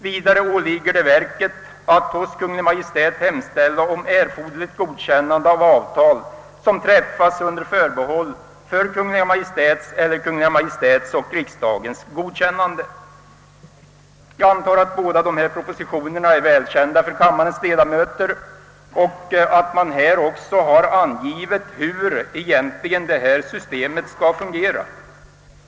Vidare åligger det verket att hos Kungl. Maj:t hemställa om erforderligt godkännande av avtal som träffas under förbehåll för Kungl. Maj:ts eller Kungl. Maj:ts och riksdagens godkännande.» Jag antar att båda dessa propositioner är välkända för kammaren ledamöter och att man där också har angivit hur det nya systemet egentligen skall fungera.